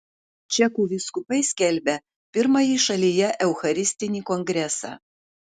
čekų vyskupai skelbia pirmąjį šalyje eucharistinį kongresą